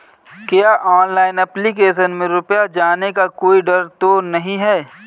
क्या online application में रुपया जाने का कोई डर तो नही है?